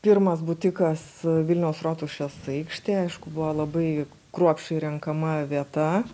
pirmas butikas vilniaus rotušės aikštėj aišku buvo labai kruopščiai renkama vieta